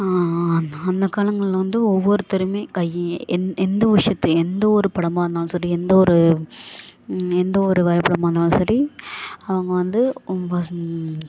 அந் அந்த காலங்களில் வந்து ஒவ்வொருத்தருமே கை எந் எந்தவொரு விஷயத்தை எந்த ஒரு படமாக இருந்தாலும் சரி எந்த ஒரு எந்த ஒரு வரைபடமாக இருந்தாலும் சரி அவங்க வந்து